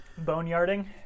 Boneyarding